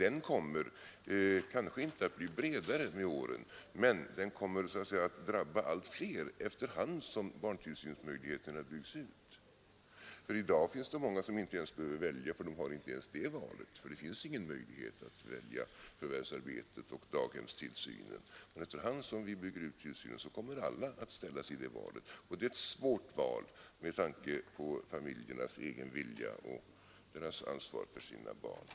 Den kommer kanske inte att bli bredare med åren men den kommer så att säga att drabba allt fler efter hand som barntillsynsmöjligheterna byggs ut. I dag är det många som inte ens har det valet, för det finns inga möjligheter att välja mellan förvärvsarbete med daghemstillsyn och att stanna hemma. Men efter hand som vi bygger ut tillsynen kommer alla att ställas i det valet, och det är ett svårt val med tanke på familjernas egen vilja och deras ansvar för sina barn.